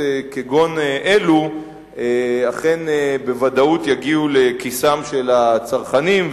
כגון אלו אכן בוודאות יגיעו לכיסם של הצרכנים,